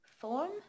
form